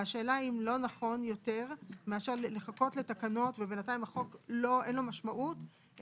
והשאלה אם לא נכון יותר מאשר לחכות לתקנות ובינתיים לחוק אין משמעות,